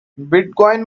bitcoin